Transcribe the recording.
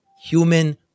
human